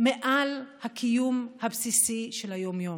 מעל הקיום הבסיסי של היום-יום.